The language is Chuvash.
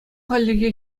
хальлӗхе